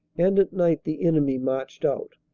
and at night the enemy marched out.